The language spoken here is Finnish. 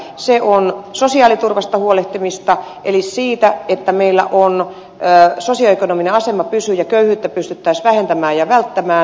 se on sosiaaliturvasta huolehtimista eli huolehtimista siitä että meillä sosio ekonominen asema pysyy ja köyhyyttä pystyttäisiin vähentämään ja välttämään